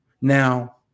Now